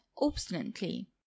obstinately